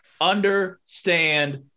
understand